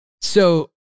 So-